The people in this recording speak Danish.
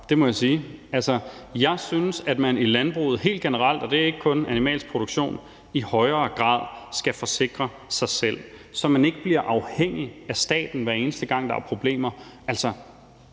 det må jeg sige. Altså, jeg synes, at man i landbruget helt generelt, og det er ikke kun i forhold til animalsk produktion, i højere grad skal forsikre sig selv, så man ikke blive afhængig af staten, hver eneste gang der er problemer.